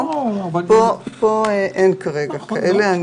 פה אין כרגע כאלה.